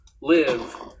live